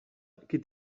qui